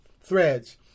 threads